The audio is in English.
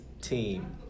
team